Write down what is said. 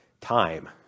time